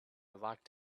locked